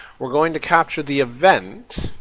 we're going to capture the event,